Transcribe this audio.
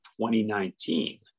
2019